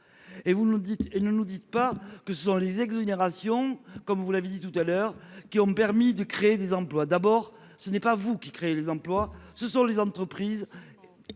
et ne nous dites pas que ce sont les exonérations comme vous l'avez dit tout à l'heure, qui ont permis de créer des emplois. D'abord ce n'est pas vous qui créent les emplois ce sont les entreprises.